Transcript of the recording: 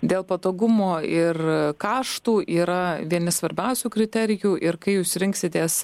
dėl patogumo ir kaštų yra vieni svarbiausių kriterijų ir kai jūs rinksitės